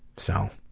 so.